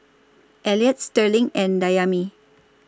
Elliot Sterling and Dayami